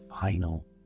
final